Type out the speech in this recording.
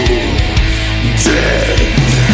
Dead